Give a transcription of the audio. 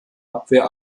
abwehr